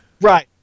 Right